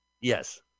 yes